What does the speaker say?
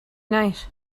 night